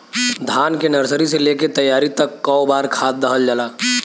धान के नर्सरी से लेके तैयारी तक कौ बार खाद दहल जाला?